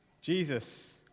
Jesus